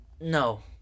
No